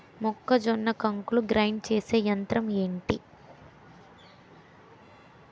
మొక్కజొన్న కంకులు గ్రైండ్ చేసే యంత్రం ఏంటి?